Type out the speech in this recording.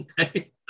okay